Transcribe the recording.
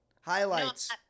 Highlights